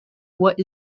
what